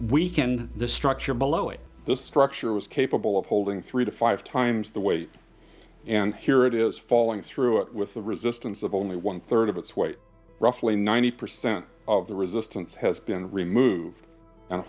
weekend the structure below it this structure is capable of holding three to five times the weight and here it is falling through it with the resistance of only one third of its weight roughly ninety percent of the resistance has been removed and